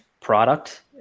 product